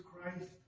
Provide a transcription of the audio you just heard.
Christ